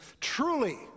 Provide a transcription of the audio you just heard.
truly